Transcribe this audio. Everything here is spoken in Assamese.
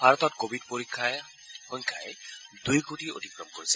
ভাৰতত কোৱিড পৰীক্ষা সংখ্যাই দুই কোটি অতিক্ৰম কৰিছে